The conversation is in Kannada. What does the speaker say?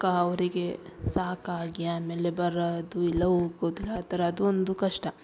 ಅಕ್ಕ ಅವರಿಗೆ ಸಾಕಾಗಿ ಆಮೇಲೆ ಬರೋದು ಇಲ್ಲ ಹೋಗೋದು ಇಲ್ಲ ಆ ಥರ ಅದು ಒಂದು ಕಷ್ಟ